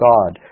God